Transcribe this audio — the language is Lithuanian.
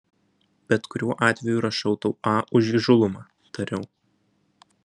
bet kuriuo atveju rašau tau a už įžūlumą tariau